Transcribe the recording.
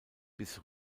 bis